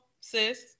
sis